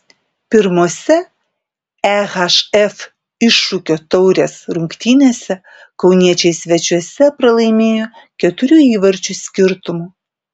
pirmose ehf iššūkio taurės rungtynėse kauniečiai svečiuose pralaimėjo keturių įvarčių skirtumu